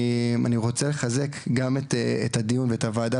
אני רוצה לחזק גם את הדיון ואת הוועדה,